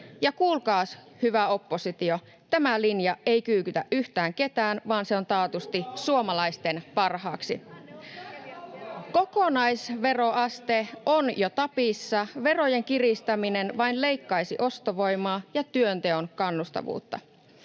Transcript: kuulkaas, hyvä oppositio, tämä linja ei kyykytä yhtään ketään, vaan se on taatusti suomalaisten parhaaksi. [Antti Kurvinen: Kyykyttää autoilijoita!] Kokonaisveroaste on jo tapissa, verojen kiristäminen vain leikkaisi ostovoimaa ja työnteon kannustavuutta.